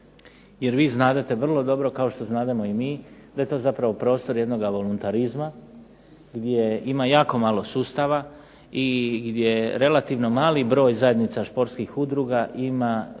jer vi znadete vrlo dobro, kao što znademo i mi da je to zapravo prostor jednoga voluntarizma, gdje ima jako malo sustava, i gdje relativno mali broj zajednica športskih udruga ima